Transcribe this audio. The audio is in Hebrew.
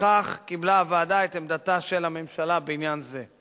בכך קיבלה הוועדה את עמדתה של הממשלה בעניין זה.